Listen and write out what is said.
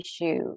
issue